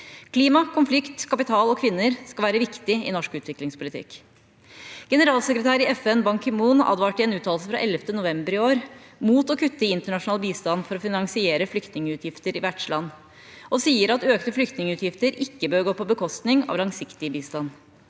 Klima, konflikt, kapital og kvinner skal være viktig i norsk utviklingspolitikk. Generalsekretær i FN, Ban Ki-moon, advarte i en uttalelse fra 11. november i år mot å kutte i internasjonal bistand for å finansiere flyktningutgifter i vertsland og sier at økte flyktningutgifter ikke bør gå på bekostning av langsiktig bistand.